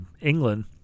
England